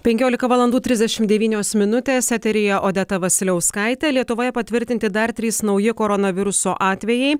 penkiolika valandų trisdešimt devynios minutės eteryje odeta vasiliauskaitė lietuvoje patvirtinti dar trys nauji koronaviruso atvejai